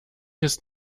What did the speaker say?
ist